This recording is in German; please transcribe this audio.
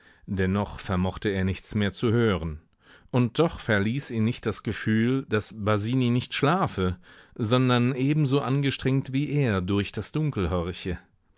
dennoch vermochte er nichts mehr zu hören und doch verließ ihn nicht das gefühl daß basini nicht schlafe sondern ebenso angestrengt wie er durch das dunkel